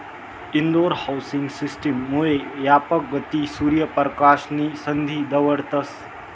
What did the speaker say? Indore housing system मुये यापक गती, सूर्य परकाश नी संधीले दवडतस